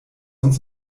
uns